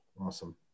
Awesome